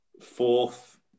Fourth